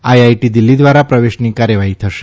IIT Delhi દ્વારા પ્રવેશની કાર્યવાહી થશે